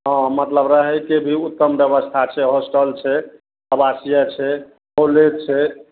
हँ मतलब रहैके भी उत्तम व्यवस्था छै हॉस्टल छै आवासीय छै कॉलेज छै